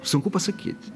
sunku pasakyt